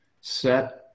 set